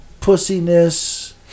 pussiness